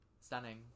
Stunning